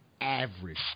average